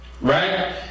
Right